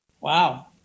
Wow